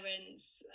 parents